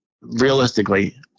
Realistically